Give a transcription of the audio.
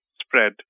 spread